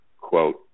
quote